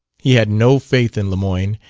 he had no faith in lemoyne,